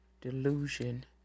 delusion